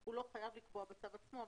הוא לא חייב לקבוע בצו עצמו,